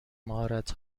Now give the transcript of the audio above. مهارت